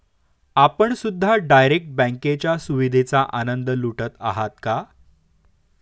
आपण सुद्धा डायरेक्ट बँकेच्या सुविधेचा आनंद लुटत आहात का?